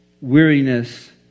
weariness